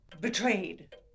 betrayed